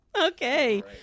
Okay